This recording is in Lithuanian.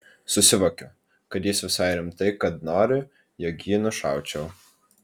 susivokiu kad jis visai rimtai kad nori jog jį nušaučiau